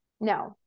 No